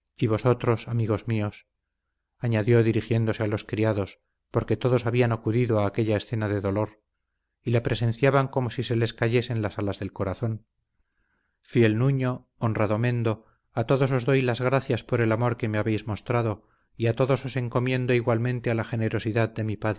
y vosotros amigos míos añadió dirigiéndose a los criados porque todos habían acudido a aquella escena de dolor y la presenciaban como si se les cayesen las alas del corazón fiel nuño honrado mendo a todos os doy las gracias por el amor que me habéis mostrado y a todos os encomiendo igualmente a la generosidad de mi